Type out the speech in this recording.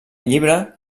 llibre